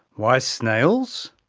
why snails?